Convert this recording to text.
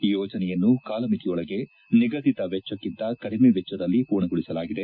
ಈ ಯೋಜನೆಯನ್ನು ಕಾಲಮಿತಿಯೊಳಗೆ ನಿಗದಿತ ವೆಚ್ಚಕ್ಕಿಂತ ಕಡಿಮೆ ವೆಚ್ಚದಲ್ಲಿ ಮೂರ್ಣಗೊಳಿಸಲಾಗಿದೆ